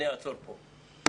ואני אעצור כאן.